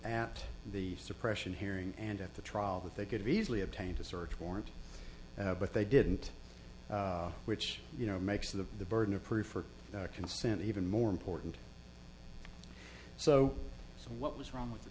at the suppression hearing and at the trial that they could have easily obtained a search warrant but they didn't which you know makes the the burden of proof or consent even more important so what was wrong with the